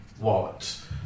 wallets